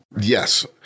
Yes